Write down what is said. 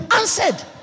answered